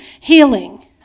Healing